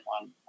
one